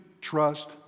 trust